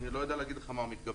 אני עוד לא יודע מה מתגבש.